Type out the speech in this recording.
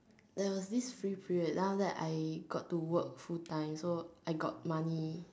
there was this free period then after that I got to work full time so I got money